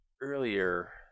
earlier